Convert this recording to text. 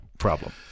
Problem